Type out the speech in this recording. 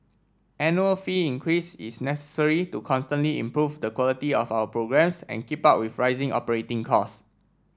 annual fee increase is necessary to constantly improve the quality of our programmes and keep up with rising operating cost